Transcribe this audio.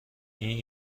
این